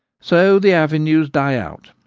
so the avenues die out,